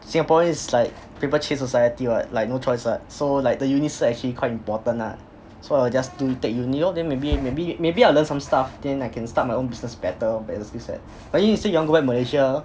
singaporean is like paper chase society what like no choice what so the uni cert is actually quite important lah so I will just do take uni lor then maybe maybe maybe I will learn some stuff then I can start my own business better better skillset but anyway you say you want go back malaysia